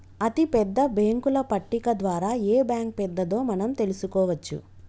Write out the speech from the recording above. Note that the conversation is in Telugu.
అతిపెద్ద బ్యేంకుల పట్టిక ద్వారా ఏ బ్యాంక్ పెద్దదో మనం తెలుసుకోవచ్చు